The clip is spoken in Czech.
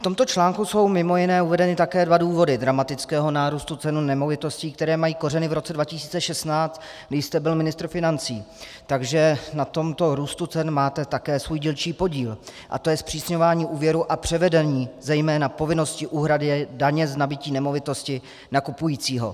V tomto článku jsou mimo jiné uvedeny také dva důvody dramatického nárůstu ceny nemovitostí, které mají kořeny v roce 2016, kdy jste byl ministr financí, takže na tomto růstu cen máte také svůj dílčí podíl, a to je zpřísňování úvěrů a převedení zejména povinnosti úhrady daně z nabytí nemovitosti na kupujícího.